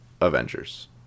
Avengers